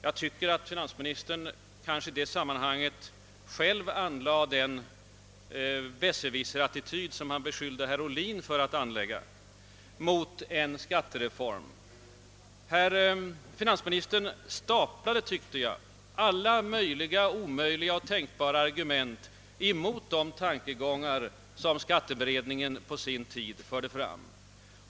Jag tycker att finansministern i detta sammanhang själv anlade den »besserwisserattityd» som han beskyllde herr Ohlin för att anlägga. Finansministern staplade på varandra alla möjliga och omöjliga argument mot de tankegångar som skatteberedningen på sin tid förde fram.